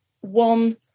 one